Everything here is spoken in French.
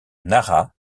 nara